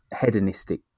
hedonistic